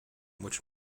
which